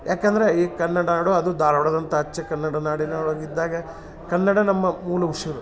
ಯಾಕೆಂದರೆ ಈ ಕನ್ನಡ ನಾಡು ಅದು ಧಾರ್ವಾಡ್ದಂಥ ಅಚ್ಚ ಕನ್ನಡ ನಾಡಿನೊಳಗೆ ಇದ್ದಾಗ ಕನ್ನಡ ನಮ್ಮ ಮೂಲ ಉಸಿರು